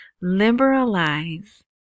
liberalize